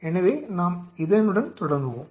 எனவே நாம் இதனுடன் தொடங்குவோம்